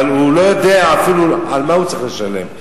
אבל הוא לא יודע אפילו על מה הוא צריך לשלם,